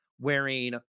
wearing